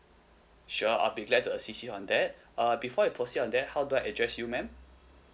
sure I will be glad to assist you on that err before I proceed on that how do I address you madam